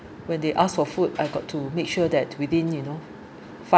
when they ask for food I got to make sure that within you know